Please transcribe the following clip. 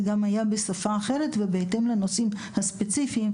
זה גם היה בשפה אחרת ובהתאם לנושאים הספציפיים.